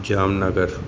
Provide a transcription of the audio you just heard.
Jamnagar